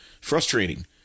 Frustrating